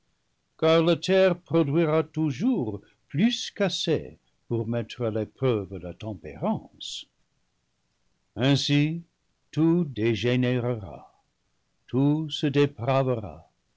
car la terre produira toujours plus qu'assez pour mettre à l'épreuve la tempérance ainsi tout dégénérera tout se dé